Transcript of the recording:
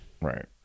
right